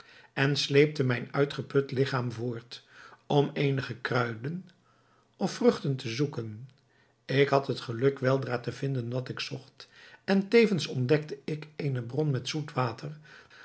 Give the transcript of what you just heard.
en sleepte mijn uitgeput ligchaam voort om eenige kruiden of vruchten te zoeken ik had het geluk weldra te vinden wat ik zocht en tevens ontdekte ik eene bron met zoet water